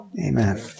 Amen